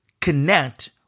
connect